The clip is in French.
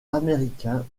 américain